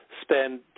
spend